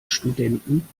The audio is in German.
studenten